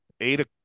eight